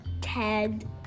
Ted